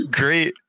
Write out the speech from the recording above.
great